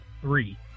Three